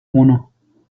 uno